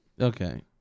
Okay